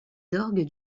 d’orgue